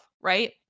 right